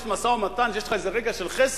יש משא-ומתן שיש לך איזה רגע של חסד,